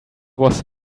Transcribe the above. was